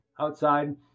outside